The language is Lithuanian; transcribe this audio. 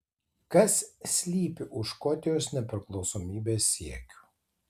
kas slypi už škotijos nepriklausomybės siekių